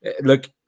look